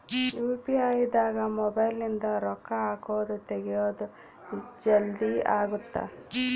UPI ದಾಗ mobile ನಿಂದ ರೊಕ್ಕ ಹಕೊದ್ ತೆಗಿಯೊದ್ ಜಲ್ದೀ ಅಗುತ್ತ